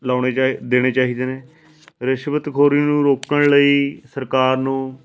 ਲਾਉਣੇ ਚਾਹੀ ਦੇਣੇ ਚਾਹੀਦੇ ਨੇ ਰਿਸ਼ਵਤਖੋਰੀ ਨੂੰ ਰੋਕਣ ਲਈ ਸਰਕਾਰ ਨੂੰ